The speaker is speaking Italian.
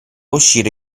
uscire